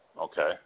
Okay